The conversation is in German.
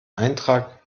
eintrag